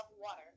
water